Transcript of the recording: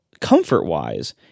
comfort-wise